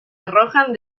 arrojan